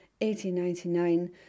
1899